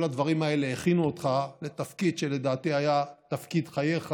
כל הדברים האלה הכינו אותך לתפקיד שלדעתי היה תפקיד חייך,